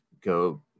go